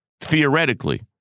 theoretically